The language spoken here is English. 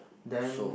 then